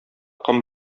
ком